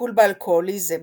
לטיפול באלכוהוליזם